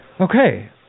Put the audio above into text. Okay